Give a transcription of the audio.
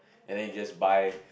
and then you just buy